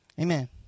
Amen